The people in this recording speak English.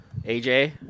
aj